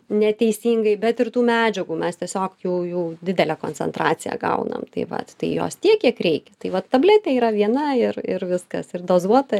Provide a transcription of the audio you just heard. neteisingai bet ir tų medžiagų mes tiesiog jau jau didelę koncentraciją gaunam tai vat tai jos tiek kiek reikia tai vat tabletė yra viena ir ir viskas ir dozuota